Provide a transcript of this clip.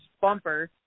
bumper